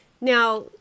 Now